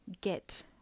get